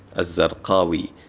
ah zarqawi,